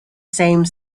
same